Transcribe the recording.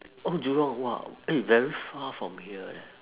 oh jurong !wah! eh very far from here leh